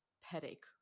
headache